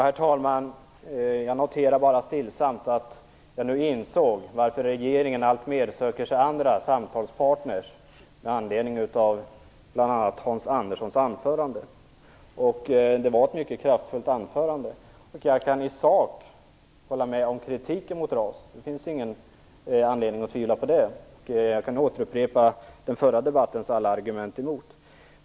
Herr talman! Jag noterade bara stillsamt, med anledning av bl.a. Hans Anderssons anförande, att jag nu inser varför regeringen alltmer söker sig andra samtalspartner. Det var ett mycket kraftfullt anförande. Jag kan i sak hålla med om kritiken mot RAS. Det finns ingen anledning att tvivla på det. Jag kan återupprepa den förra debattens alla argument emot.